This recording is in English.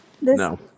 No